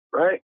right